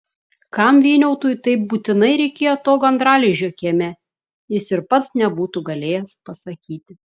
kam vyniautui taip būtinai reikėjo to gandralizdžio kieme jis ir pats nebūtų galėjęs pasakyti